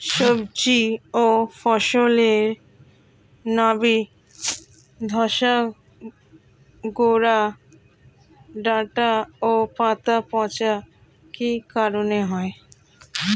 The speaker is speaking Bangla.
সবজি ও ফসলে নাবি ধসা গোরা ডাঁটা ও পাতা পচা কি কারণে হয়?